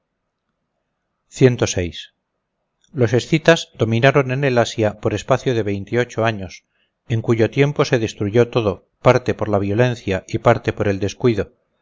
enareas los escitas dominaron en el asia por espacio de veintiocho años en cuyo tiempo se destruyó todo parte por la violencia y parte por el descuido